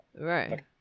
right